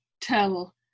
tell